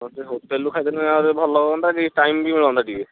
ହୋଟେଲ୍ରୁ ଖାଇଦେଲେ ଆହୁରି ଭଲ ହୁଅନ୍ତା ଟାଇମ୍ ବି ମିଳନ୍ତା ଟିକେ